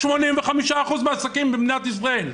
85% מהעסקים במדינת ישראל.